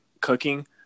cooking